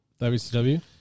WCW